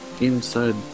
inside